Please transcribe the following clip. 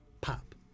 pop